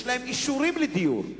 לאנשים יש אישורים לדיור,